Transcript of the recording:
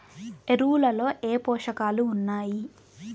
ఎరువులలో ఏ పోషకాలు ఉన్నాయి?